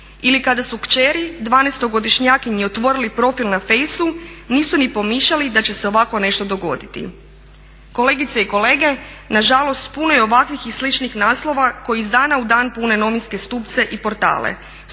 ili kada su kćeri dvanaestogodišnjakinji otvorili profil na fajsu nisu ni pomišljali da će se ovako nešto dogoditi. Kolegice i kolege nažalost puno je ovakvih i sličnih naslova koji iz dana u dan pune novinske stupce i portale.